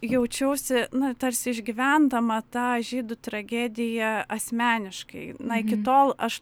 jaučiausi na tarsi išgyvendama tą žydų tragediją asmeniškai na iki tol aš